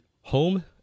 home